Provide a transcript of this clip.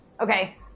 Okay